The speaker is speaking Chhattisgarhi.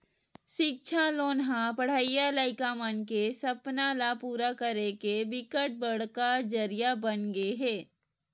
सिक्छा लोन ह पड़हइया लइका मन के सपना ल पूरा करे के बिकट बड़का जरिया बनगे हे